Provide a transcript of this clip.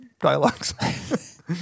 dialogues